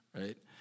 right